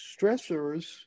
stressors